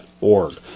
org